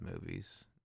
movies